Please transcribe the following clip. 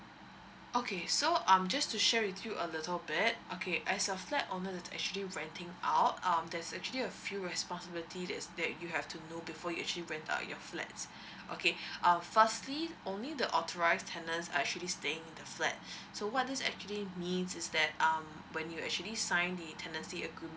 okay so um just to share with you a little bit okay as a flat owner that is actually renting out um there's actually a few responsibilities that's that you have to know before you actually rent out your flats okay uh firstly only the authorised tenants are actually staying in the flat so what this actually means is that um when you actually sign the tenancy agreement